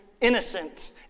innocent